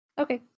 Okay